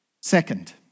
Second